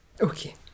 okay